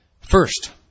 First